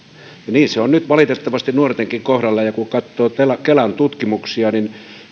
niin se on nyt valitettavasti nuortenkin kohdalla kun katsoo kelan tutkimuksia niin